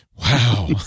Wow